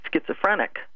schizophrenic